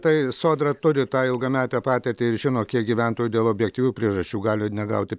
tai sodra turi tą ilgametę patirtį ir žino kiek gyventojų dėl objektyvių priežasčių gali negauti